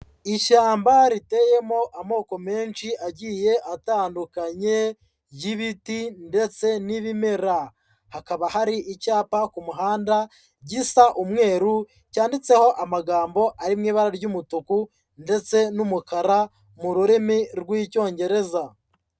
Ishyamba riteyemo amoko menshi agiye atandukanye y'ibiti ndetse n'ibimera, hakaba hari icyapa ku muhanda gisa umweru cyanditseho amagambo ari mu ibara ry'umutuku ndetse n'umukara mu rurimi rw'Iyongereza.